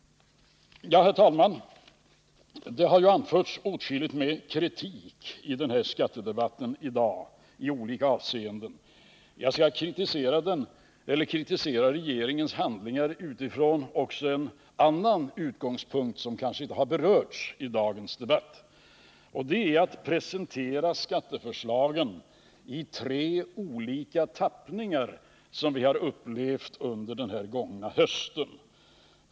Herr talman! Det har ju anförts åtskilligt med kritik i olika avseenden i dagens skattedebatt. Jag skall kritisera regeringens handlingar också utifrån en annan utgångspunkt. Min kritik gäller den presentation av skatteförslagen itre olika tappningar som vi har upplevt under den gångna hösten.